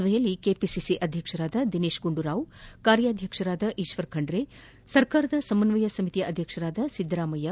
ಸಭೆಯಲ್ಲಿ ಕೆಪಿಸಿಸಿ ಅಧ್ಯಕ್ಷರಾದ ದಿನೇಶ್ ಗುಂಡೂರಾವ್ ಕಾರ್ಯಾಧ್ಯಕ್ಷರಾದ ಈಶ್ವರ್ ಖಂಡ್ರೆ ಸರ್ಕಾರದ ಸಮನ್ನಯ ಸಮಿತಿ ಅಧ್ಯಕ್ಷ ಸಿದ್ಗರಾಮಯ್ಯ